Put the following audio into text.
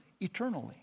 eternally